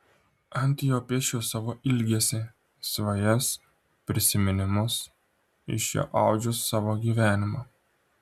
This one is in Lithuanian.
ant jo piešiu savo ilgesį svajas prisiminimus iš jo audžiu savo gyvenimą